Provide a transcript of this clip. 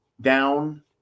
down